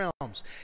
realms